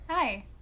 Hi